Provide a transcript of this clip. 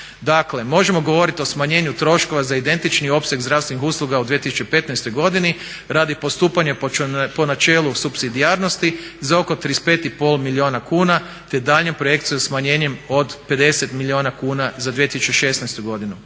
Dakle, možemo govoriti o smanjenju troškova za identični opseg zdravstvenih usluga u 2015. godini radi postupanja po načelu supsidijarnosti za oko 35,5 milijuna kuna te daljnju projekciju smanjenjem od 50 milijuna kuna za 2016. godinu,